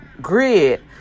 grid